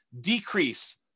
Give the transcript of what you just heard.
decrease